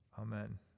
Amen